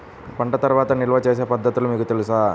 పంట తర్వాత నిల్వ చేసే పద్ధతులు మీకు తెలుసా?